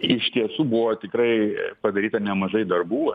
iš tiesų buvo tikrai padaryta nemažai darbų